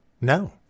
No